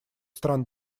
стран